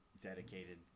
dedicated